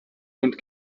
und